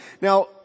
Now